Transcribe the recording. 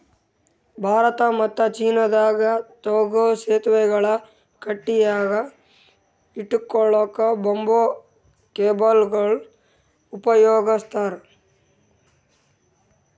ಭಾರತ ಮತ್ತ್ ಚೀನಾದಾಗ್ ತೂಗೂ ಸೆತುವೆಗಳ್ ಗಟ್ಟಿಯಾಗ್ ಹಿಡ್ಕೊಳಕ್ಕ್ ಬಂಬೂ ಕೇಬಲ್ಗೊಳ್ ಉಪಯೋಗಸ್ತಾರ್